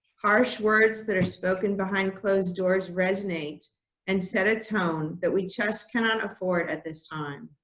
harsh words that are spoken behind closed doors resonate and set a tone that we just cannot afford at this time.